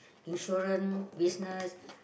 insurance business